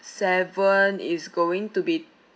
seven is going to be